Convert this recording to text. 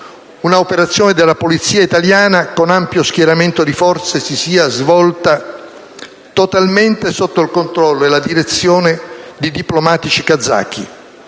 un'operazione della Polizia italiana, con ampio schieramento di forze, si sia svolta totalmente sotto il controllo e la direzione di diplomatici kazaki,